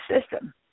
system